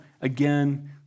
again